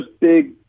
big